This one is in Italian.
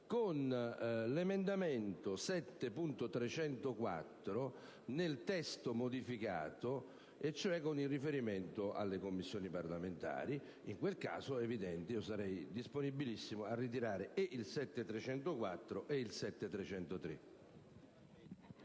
con l'emendamento 7.304 nel testo modificato, con il riferimento cioè alle Commissioni parlamentari. In quel caso è evidente che sarei disponibilissimo a ritirare sia l'emendamento 7.304